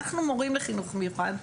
אנחנו מורים לחינוך מיוחד,